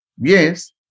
Yes